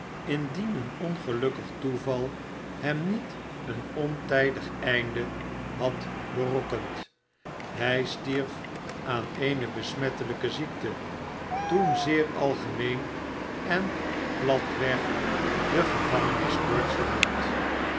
indien een ongelukkig toeval hem niet een ontijdig einde had berokkend hij stierf aan eene besmettelijke ziekte toen zeer algemeen en platweg de gevangeniskoorts genoemd